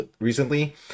recently